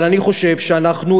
אבל אני חושב שאנחנו,